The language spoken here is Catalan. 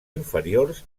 inferiors